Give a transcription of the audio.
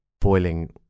boiling